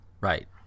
right